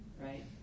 right